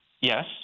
Yes